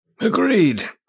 Agreed